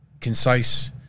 concise